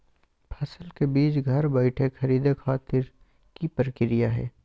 फसल के बीज घर बैठे खरीदे खातिर की प्रक्रिया हय?